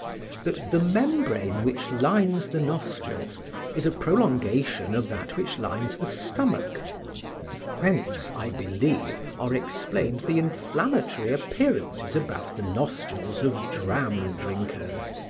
that the membrane which lines the nostrils is a prolongation of that which lines the stomach whence, i believe, are explained the inflammatory appearances about the nostrils of dram drinkers.